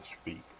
speak